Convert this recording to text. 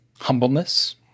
humbleness